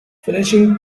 finishing